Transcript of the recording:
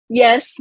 yes